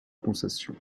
concession